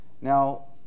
Now